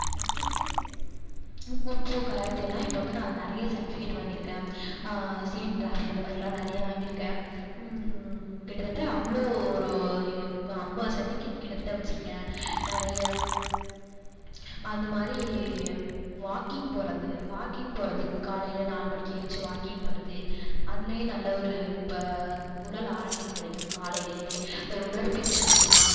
கற்றுக்கிட்டு குங்ஃபூ கராத்தேலாம் இப்போ வந்து நான் நிறைய சர்ட்டிவிக்கேட் வாங்கியிருக்கேன் சிஎம் ட்ராஃபி அந்த மாதிரிலாம் நிறைய வாங்கியிருக்கேன் கிட்டத்தட்ட அவ்வளோ ஒரு ஐம்பது சர்ட்டிவிக்கேட் கிட்டத்தட்ட வச்சிருக்கேன் நிறைய அது மாதிரி வாக்கிங் போகிறது வாக்கிங் போறது காலையில நாலு மணிக்கி எந்ச்சி வாக்கிங் போகிறது அதிலையும் நல்ல ஒரு ப உடல் ஆரோக்கியம் கிடைக்கும் காலைலேருந்தே ஒரு உடற்பயிற்சி மாதிரிதான்